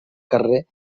carrer